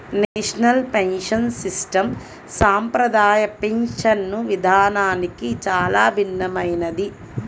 national pension system సంప్రదాయ పింఛను విధానానికి చాలా భిన్నమైనది